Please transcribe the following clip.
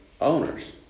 owners